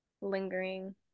lingering